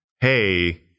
Hey